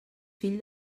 fill